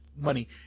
money